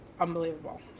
unbelievable